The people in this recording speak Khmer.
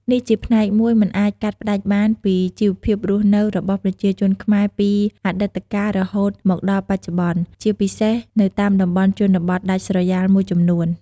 នេះជាផ្នែកមួយមិនអាចកាត់ផ្ដាច់បានពីជីវភាពរស់នៅរបស់ប្រជាជនខ្មែរពីអតីតកាលរហូតមកដល់បច្ចុប្បន្ន ជាពិសេសនៅតាមតំបន់ជនបទដាច់ស្រយាលមួយចំនួន។